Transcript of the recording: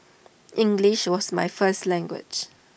English was my first language